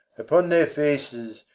upon their faces.